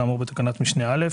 כאמור בתקנת משנה (א),